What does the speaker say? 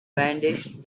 brandished